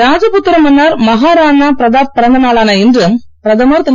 ராஜ புத்திர மன்னர் மஹாராணா பிரதாப் பிறந்தநாளான இன்று பிரதமர் திரு